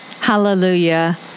Hallelujah